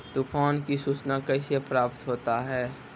तुफान की सुचना कैसे प्राप्त होता हैं?